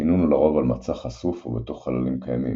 הקינון הוא לרוב על מצע חשוף או בתוך חללים קיימים,